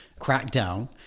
crackdown